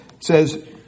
says